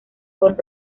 con